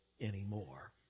anymore